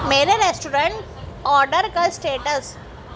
میرے restaurant order کا status